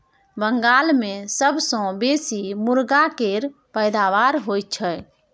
बंगाल मे सबसँ बेसी मुरगा केर पैदाबार होई छै